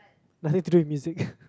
but need to do with music